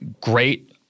great